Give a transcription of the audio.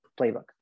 playbook